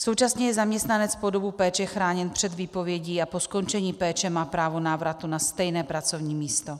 Současně je zaměstnanec po dobu péče chráněn před výpovědí a po skončení péče má právo návratu na stejné pracovní místo.